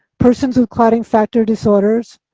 persons with clotting factor disorders,